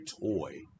toy